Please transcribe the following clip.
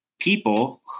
people